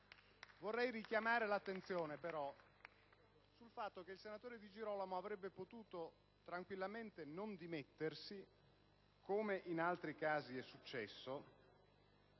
Vorrei richiamare però l'attenzione sul fatto che il senatore Di Girolamo avrebbe potuto tranquillamente non dimettersi, come in altri casi è successo: